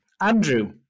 Andrew